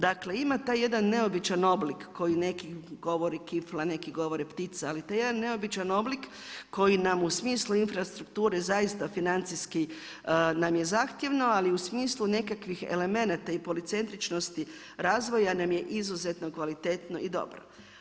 Dakle ima taj jedan neobičan oblik koji neki govori kifla, neki govore ptica ali taj jedan neobičan oblik koji nam u smislu infrastrukture zaista financijski nam je zahtjevno ali u smislu nekakvih elemenata i policentričnosti razvoja nam je izuzetno kvalitetno i dobro.